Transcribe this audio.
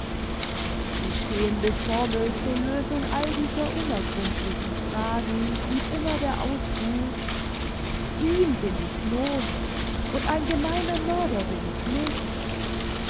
die stehende formel zur lösung all dieser unergründlichen fragen blieb immer der ausruf ihn bin ich los und ein gemeiner mörder bin ich nicht